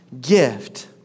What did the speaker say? gift